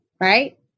right